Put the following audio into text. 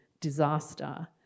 disaster